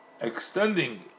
extending